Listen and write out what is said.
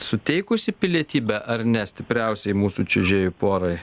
suteikusi pilietybę ar ne stipriausiai mūsų čiuožėjų porai